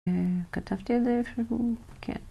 כתבתי על שהוא... כן...